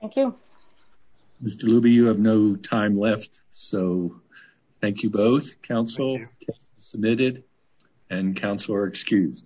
do you have no time left so thank you both counselor submitted and counselor excuse